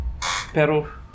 Pero